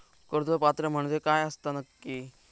कर्ज पात्र म्हणजे काय असता नक्की?